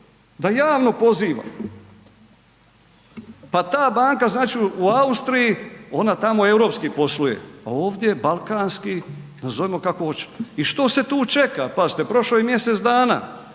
da javno poziva. Pa ta banka, znači u Austriji, ona tamo europski posluje, ovdje balkanski, nazovimo kako hoćemo. I što se tu čeka, pazite, prošlo je mjesec danas,